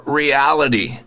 reality